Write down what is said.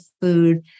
food